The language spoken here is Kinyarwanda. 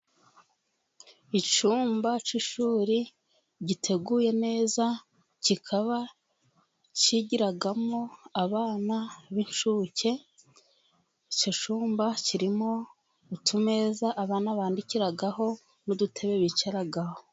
Icyumba cy'ishuri giteguye neza, kikaba cyigiramo abana b'incuke. Icyo cyumba kirimo utumeza abana bandikiraho n'udutebe bicaraho.